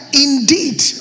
indeed